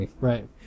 Right